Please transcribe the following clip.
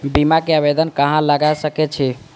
बीमा के आवेदन कहाँ लगा सके छी?